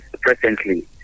presently